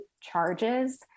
charges